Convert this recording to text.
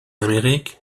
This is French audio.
amérique